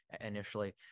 initially